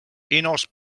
enos